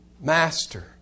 Master